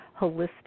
holistic